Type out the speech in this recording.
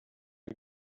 you